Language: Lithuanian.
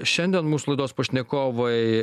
šiandien mūsų laidos pašnekovai